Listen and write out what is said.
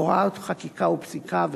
הוראות חקיקה ופסיקה,